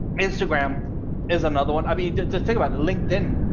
instagram is another one. i mean, the thing about linkedin,